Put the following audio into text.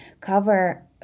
cover